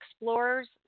explorers